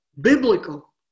biblical